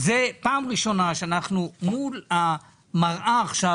זה פעם ראשונה שאנחנו מול המראה עכשיו,